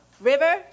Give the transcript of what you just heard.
River